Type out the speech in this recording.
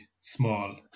small